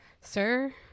Sir